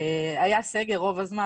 היה בגר רוב הזמן,